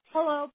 Hello